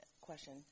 question